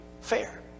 fair